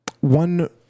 one